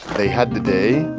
they had the day.